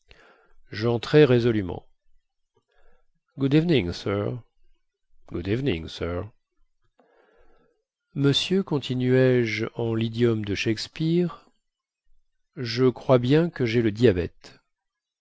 good evening sir monsieur continuai-je en lidiome de shakespeare je crois bien que jai le diabète